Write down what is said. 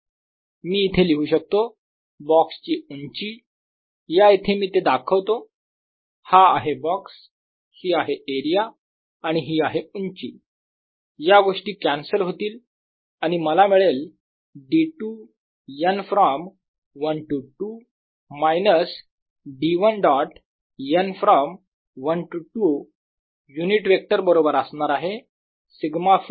मी इथे लिहू शकतो बॉक्स ची उंची या इथे मी ते दाखवतो हा आहे बॉक्स ही आहे एरिया आणि ही आहे उंची या गोष्टी कॅन्सल होतील आणि मला मिळेल D2 n from 1 to 2 minus D1 dot n from 1 to 2 unit vector बरोबर असणार आहे σfree